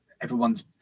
everyone's